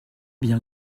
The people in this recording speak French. bien